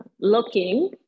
looking